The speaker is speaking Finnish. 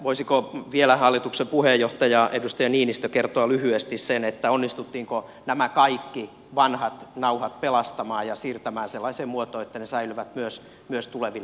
voisiko vielä hallituksen puheenjohtaja edustaja niinistö kertoa lyhyesti sen onnistuttiinko nämä kaikki vanhat nauhat pelastamaan ja siirtämään sellaiseen muotoon että ne säilyvät myös tuleville sukupolville